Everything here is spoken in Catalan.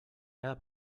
cada